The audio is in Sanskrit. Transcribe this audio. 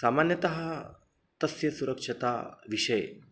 सामान्यतः तस्य सुरक्षता विषये